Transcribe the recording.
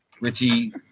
Richie